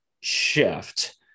shift